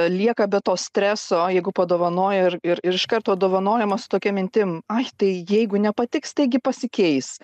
lieka be to streso jeigu padovanoja ir ir iš karto dovanojama su tokia mintim ai tai jeigu nepatiks taigi pasikeis